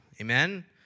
Amen